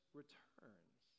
returns